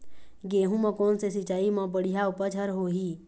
गेहूं म कोन से सिचाई म बड़िया उपज हर होही?